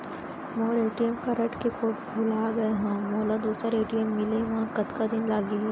मोर ATM card के code भुला गे हव, मोला दूसर ए.टी.एम मिले म कतका दिन लागही?